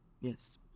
yes